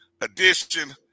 edition